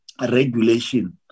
regulation